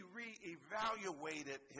reevaluated